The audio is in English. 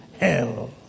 Hell